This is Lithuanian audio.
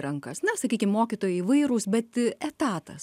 rankas na sakykim mokytojai įvairūs bet etatas